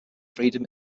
freedom